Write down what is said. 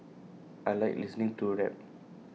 I Like listening to rap